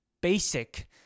basic